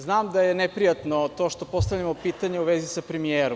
Znam da je neprijatno to što postavljamo pitanja u vezi sa premijerom.